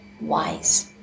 wise